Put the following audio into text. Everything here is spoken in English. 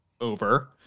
over